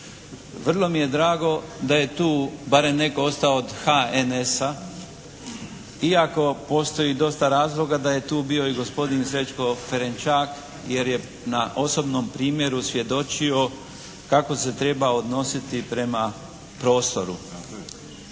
Vrlo mi je drago da je tu barem netko ostao od HNS-a iako postoji dosta razloga da je tu bio i gospodin Srećko Ferenčak jer je na osobnom primjeru svjedočio kako se treba odnositi prema prostoru.